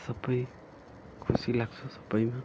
सबै खुसी लाग्छ सबैमा